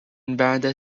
بعد